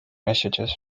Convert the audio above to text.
messages